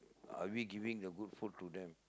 are we giving the good food to them